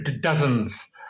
dozens